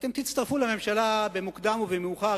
אתם תצטרפו לממשלה במוקדם או במאוחר.